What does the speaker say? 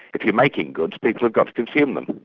if you're making goods, people have got to consume them.